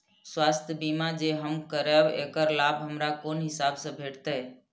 स्वास्थ्य बीमा जे हम करेब ऐकर लाभ हमरा कोन हिसाब से भेटतै?